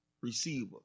receiver